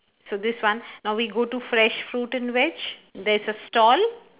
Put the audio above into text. so this one now we go to fresh fruit and vege there's a stall